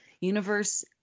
universe